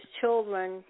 children